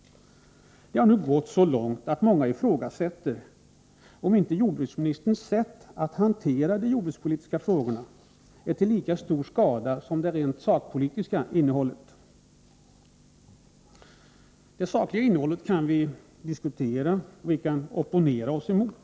Det har nu gått så långt att många ifrågasätter om inte jordbruksministerns sätt att hantera de jordbrukspolitiska frågorna är till lika stor skada som dessa frågors rent sakpolitiska innehåll. Det sakliga innehållet kan vi diskutera och opponera oss emot.